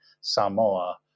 Samoa